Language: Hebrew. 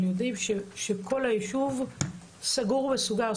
אבל ידוע שכל היישוב סגור ומסוגר,